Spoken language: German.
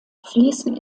fließen